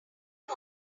one